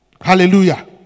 Hallelujah